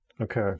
Okay